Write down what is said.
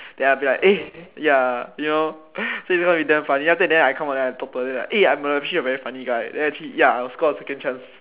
that I'll be like eh ya you know so it's going to be damn funny then after that then I come out then I talk to her eh I'm actually a very funny guy then actually ya I will score a second chance